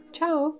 Ciao